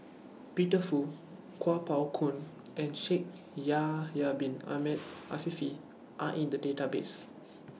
Peter Fu Kuo Pao Kun and Shaikh Ya Yahya Bin Ahmed Afifi Are in The Database